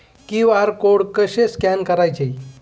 QR code कसे scan करायचे?